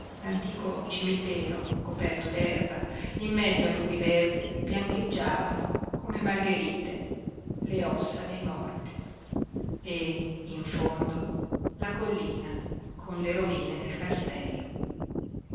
l'antico cimitero coperto d'erba in mezzo al cui verde biancheggiavano come margherite le ossa dei morti e in fondo la collina con le rovine del castello